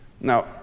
Now